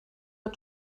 are